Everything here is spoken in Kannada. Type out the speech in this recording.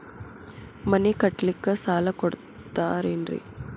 ಮನಿ ಕಟ್ಲಿಕ್ಕ ಸಾಲ ಕೊಡ್ತಾರೇನ್ರಿ?